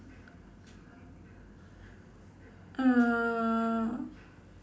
uh